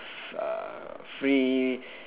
f~ uh free